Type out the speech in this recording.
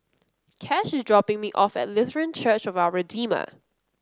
Cash is dropping me off at Lutheran Church of Our Redeemer